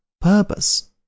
purpose